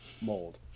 mold